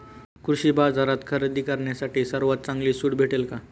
कृषी बाजारात खरेदी करण्यासाठी सर्वात चांगली सूट भेटेल का?